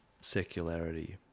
secularity